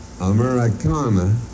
Americana